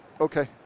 Okay